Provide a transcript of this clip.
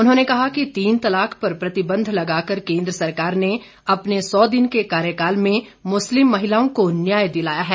उन्होंने कहा कि तीन तलाक पर प्रतिबंध लगाकर केंद्र सरकार ने अपने सौ दिन के कार्यकाल में मुस्लिम महिलाओं को न्याय दिलाया है